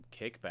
kickback